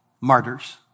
martyrs